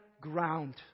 ground